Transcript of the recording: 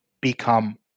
become